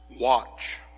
watch